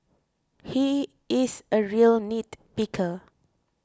he is a real nitpicker